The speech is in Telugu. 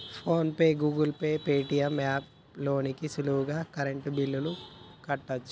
phone pay, Google Pay, Paytm app లోకెల్లి సులువుగా కరెంటు బిల్లుల్ని కట్టచ్చు